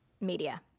media